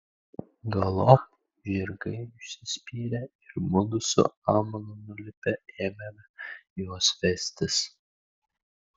galop žirgai užsispyrė ir mudu su amano nulipę ėmėme juos vestis